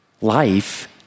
Life